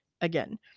again